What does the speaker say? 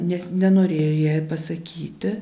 nes nenorėjo jai pasakyti